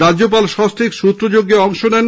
রাজ্যপাল সস্ত্রীক সৃত্রযজ্ঞে অংশ নেন